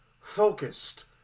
focused